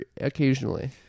occasionally